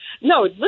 No